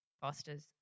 fosters